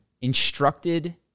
instructed